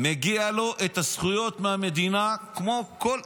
מגיעות לו הזכויות מהמדינה כמו כל אזרח.